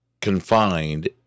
confined